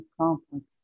complex